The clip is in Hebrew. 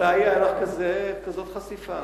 מתי היתה לך כזאת חשיפה?